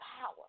power